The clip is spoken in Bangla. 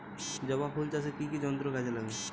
জবা ফুল চাষে কি কি যন্ত্র কাজে লাগে?